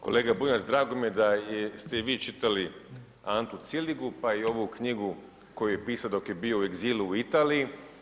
Kolega Bunjac, drago mi je da ste i vi čitali Antu Ciligu, pa i ovu knjigu koju je pisao dok je bio u egzilu u Italiji.